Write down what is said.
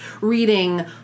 reading